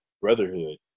brotherhood